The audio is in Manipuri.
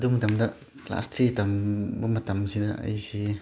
ꯑꯗꯨ ꯃꯇꯝꯗ ꯀ꯭ꯂꯥꯁ ꯊ꯭ꯔꯤ ꯇꯝꯕ ꯃꯇꯝꯁꯤꯗ ꯑꯩꯁꯤ